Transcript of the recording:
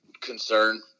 concern